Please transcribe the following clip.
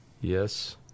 Yes